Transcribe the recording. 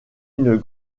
une